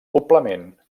poblament